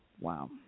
Wow